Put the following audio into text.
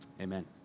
Amen